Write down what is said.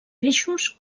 peixos